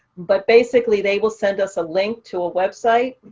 but basically, they will send us a link to a website,